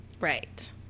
Right